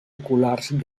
oculars